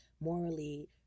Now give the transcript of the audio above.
morally